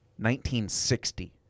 1960